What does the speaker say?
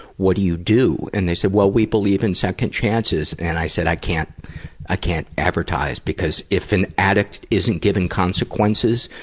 what do you do? and they said, well, we believe in second chances and i said i can't i can't advertise, because if an addict isn't given consequences,